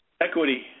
equity